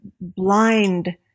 blind